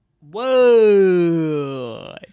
whoa